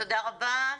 תודה רבה.